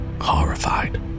Horrified